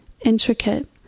Intricate